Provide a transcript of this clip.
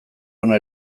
ona